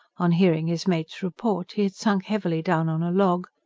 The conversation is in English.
on hearing his mate's report he had sunk heavily down on a log,